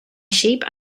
sheep